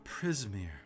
Prismir